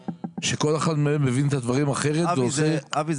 שכל אחד מהם מבין את הדברים אחרת ועושה --- אבי,